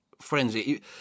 frenzy